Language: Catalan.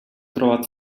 trobat